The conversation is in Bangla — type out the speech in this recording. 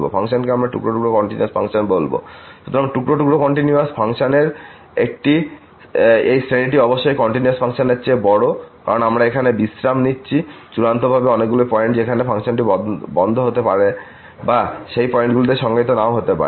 সুতরাং টুকরো টুকরো কন্টিনিউয়াস ফাংশনের এই শ্রেণীটি অবশ্যই কন্টিনিউয়াস ফাংশনগুলির চেয়ে বড় কারণ আমরা এখানে বিশ্রাম নিচ্ছি চূড়ান্তভাবে অনেকগুলি পয়েন্ট যেখানে ফাংশনটি বন্ধ হতে পারে বা এটি সেই পয়েন্টগুলিতে সংজ্ঞায়িত নাও হতে পারে